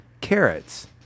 carrots